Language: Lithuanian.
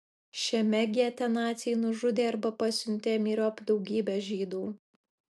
šiame gete naciai nužudė arba pasiuntė myriop daugybę žydų